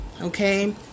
Okay